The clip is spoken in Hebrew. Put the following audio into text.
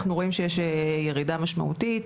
אנחנו רואים שיש ירידה משמעותית,